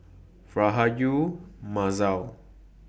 Rahayu Mahzam